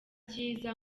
cyiza